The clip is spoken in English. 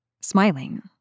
smiling